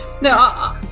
No